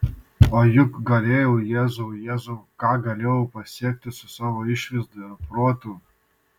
o juk galėjau jėzau jėzau ką galėjau pasiekti su savo išvaizda ir protu